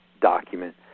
document